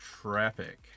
traffic